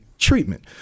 treatment